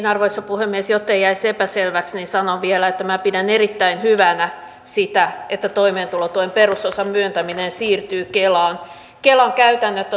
arvoisa puhemies jottei jäisi epäselväksi niin sanon vielä että minä pidän erittäin hyvänä sitä että toimeentulotuen perusosan myöntäminen siirtyy kelaan kelan käytännöt